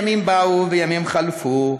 ימים באו וימים חלפו,